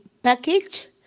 package